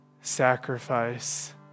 sacrifice